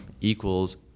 equals